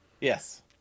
Yes